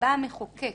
בא המחוקק